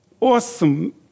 awesome